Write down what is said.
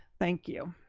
thank you.